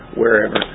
wherever